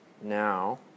now